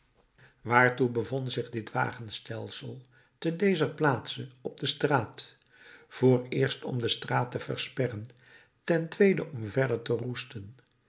waartoe bevond zich dit wagenstel te dezer plaatse op de straat vooreerst om de straat te versperren ten tweede om verder te roesten